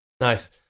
nice